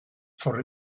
for